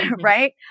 right